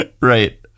right